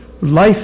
life